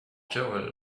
joel